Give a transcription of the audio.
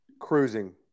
cruising